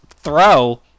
throw